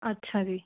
ਅੱਛਾ ਜੀ